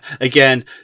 again